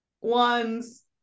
ones